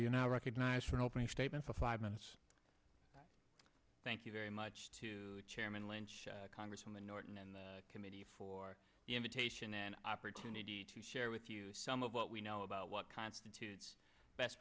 you now recognize for an opening statement for five minutes thank you very much to chairman lynch congresswoman norton and the committee for the invitation and opportunity to share with you some of what we know about what constitutes best